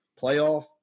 Playoff